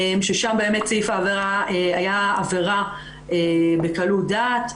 ששם באמת סעיף העבירה היה עבירה בקלות דעת,